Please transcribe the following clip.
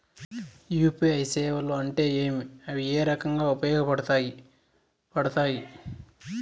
UPI సేవలు అంటే ఏమి, అవి ఏ రకంగా ఉపయోగపడతాయి పడతాయి?